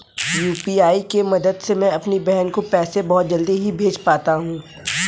UPI के मदद से मैं अपनी बहन को पैसे बहुत जल्दी ही भेज पाता हूं